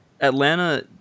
Atlanta